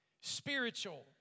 Spiritual